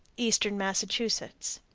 eastern massachusetts.